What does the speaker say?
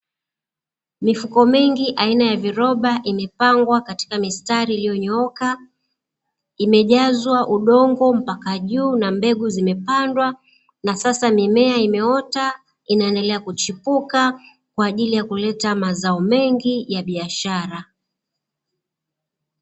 Mifuko mingi aina ya viroba imepangwa katika mistari iliyonyooka, imejazwa udongo mpaka juu na mbegu zimepandwa, na sasa mimea imeota inaendelea kuchipuka, kwa ajili ya kuleta mazao mengi ya biashara.